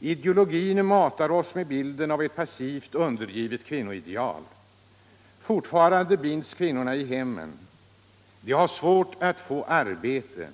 Ideologin matar oss med bilder av den passiva, undergivna kvinnan som ett ideal. Fortfarande binds kvinnor vid hemmen. De har svårt att få arbete.